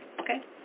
okay